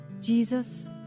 Jesus